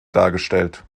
dargestellt